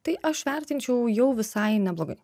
tai aš vertinčiau jau visai neblogai